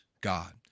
God